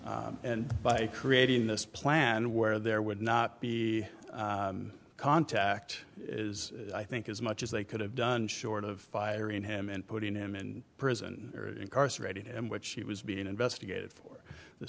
so and by creating this plan where there would not be contact is i think as much as they could have done short of firing him and putting him in prison or incarcerated in which he was being investigated for the